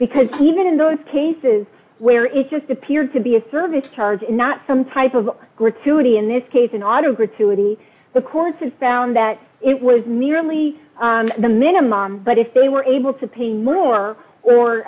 because even in those cases where it just appeared to be a service charge not some type of gratuity in this case an auto gratuity the court has found that it was merely the minimum but if they were able to pay more or